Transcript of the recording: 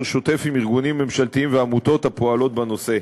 שוטף עם ארגונים ממשלתיים ועמותות הפועלות בנושא.